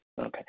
Okay